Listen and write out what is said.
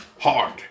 hard